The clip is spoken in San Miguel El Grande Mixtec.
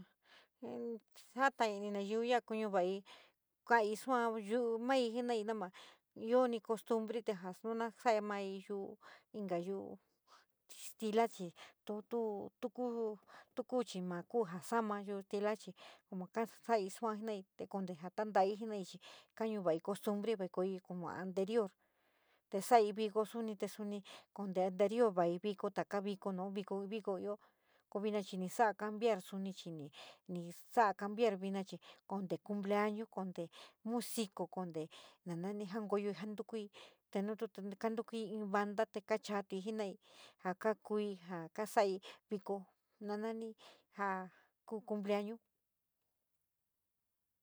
jastai ini nayiu ya´a kuña vai, kai sua yu´u mal ma io ni costumbre te nu ja sa mai yúu inka yu´u stila chu ni tu kuu tu kuu chi ma ku ja sa´a yutila chi sai sua jenai te konte ja tantoi jenai chi kaña va, costumbre vai kooyoi como anterior te sai viko te suni te suni anterior taka viko uua ciko, viko io ko vina chi ni saaga cambiar suni ini sa´a cambiar vina chi kante cumpleañu konte, konte jankoyoi na nani jantukui te no tu te ntukui in banda te ka chaatui jenai ja kakui ja kasai viko na nani ja ku cumpleaño.